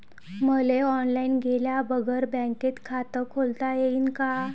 मले ऑनलाईन गेल्या बगर बँकेत खात खोलता येईन का?